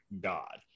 god